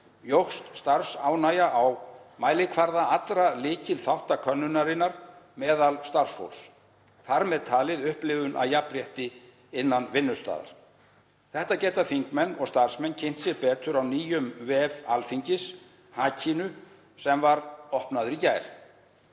jókst starfsánægja á mælikvarða allra lykilþátta könnunarinnar meðal starfsfólks, þar með talið upplifun af jafnrétti innan vinnustaðar. Þetta geta þingmenn og starfsmenn kynnt sér betur á nýjum innri vef Alþingis, Hakinu, sem var opnaður í gær.